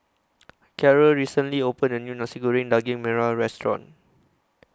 Caryl recently opened A New Nasi Goreng Daging Merah Restaurant